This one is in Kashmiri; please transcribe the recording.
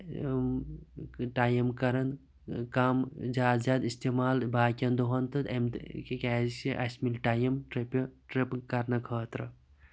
ٹایِم کَران کَم زیادٕ زیادٕ اِستعمال باقِیَن دۄہَن تہٕ امہِ تِکیاز کہِ اَسہِ مِلہِ ٹایم ٹرٕپہِ ٹرٕپ کَرنہٕ خٲطرٕ